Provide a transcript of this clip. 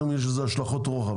אתם אומרים שיש לזה השלכות רוחב.